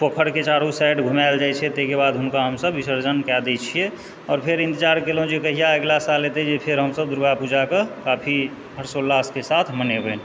पोखरिकेँ चारु साइड घुमायल जाइ छै ताहिके बाद हुनका हमसभ विसर्जन कए दय छियै आओर फेर इन्तजार केलहुँ जे कहिआ अगिला साल एतय जे फेर हमसभ दुर्गा पूजाके काफी हर्षोउल्लासके साथ मनेबै